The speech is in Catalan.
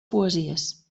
poesies